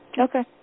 Okay